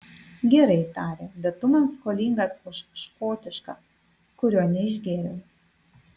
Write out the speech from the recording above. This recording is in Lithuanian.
gerai tarė bet tu man skolingas už škotišką kurio neišgėriau